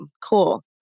Cool